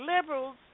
liberals